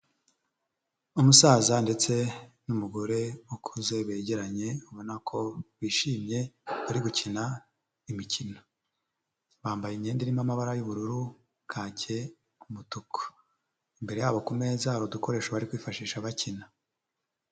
Umusaza ndetse n'umugore ukuze begeranye ubona ko bishimye bari gukina imikino, bambaye imyenda irimo amabara y'ubururu, kake, umutuku. Imbere y'abo ku meza hari udukoresho bari kwifashisha bakina.